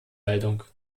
meldung